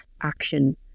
action